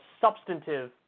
substantive